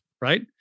right